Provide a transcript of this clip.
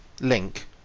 link